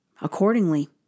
accordingly